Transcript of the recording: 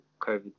COVID